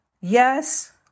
Yes